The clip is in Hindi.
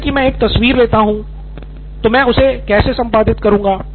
जैसे की मैं एक तस्वीर लेता हूं तो मैं उसे कैसे संपादित करूंगा